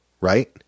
right